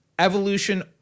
Evolution